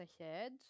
ahead